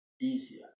easier